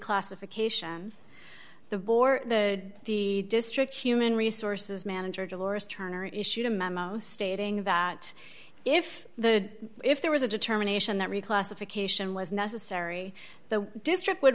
reclassification the board the district human resources manager delores turner issued a memo stating that if the if there was a determination that reclassification was necessary the district would